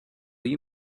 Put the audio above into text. you